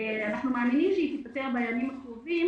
אנחנו מאמינים שהבעיה תיפתר בימים הקרובים.